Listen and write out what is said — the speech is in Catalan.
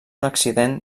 accident